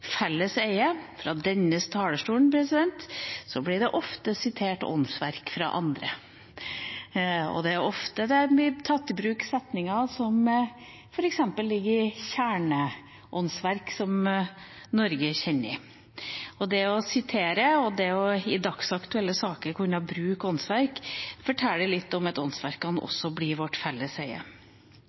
eie. Fra denne talerstolen blir det ofte sitert åndsverk fra andre. Det blir ofte tatt i bruk setninger som f.eks. ligger i kjerneåndsverk som Norge kjenner. Det å kunne sitere og bruke åndsverk i dagsaktuelle saker forteller litt om at åndsverkene også blir vårt felles eie.